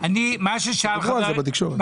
דיברו על זה בתקשורת.